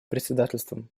председательством